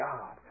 God